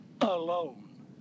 alone